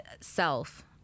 self